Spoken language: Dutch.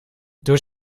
door